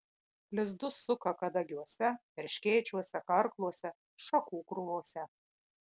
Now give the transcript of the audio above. lizdus suka kadagiuose erškėčiuose karkluose šakų krūvose